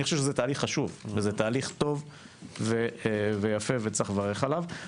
חושב שזה תהליך חשוב ויפה ויש לברך עליו.